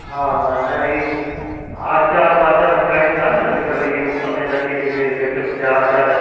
हा हा न ही आचार ॿाचार ठाहीनि था न अॼु कल्ह इहे उस में रखी जेके गजरुनि जा आचार